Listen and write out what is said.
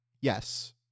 Yes